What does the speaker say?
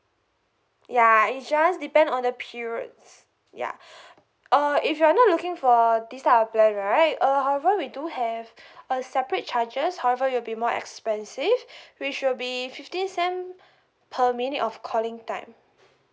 ya it just depend on the periods ya uh if you're not looking for this type of plan right uh however we do have a separate charges however it'll be more expensive which will be fifteen cent per minute of calling time